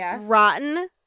rotten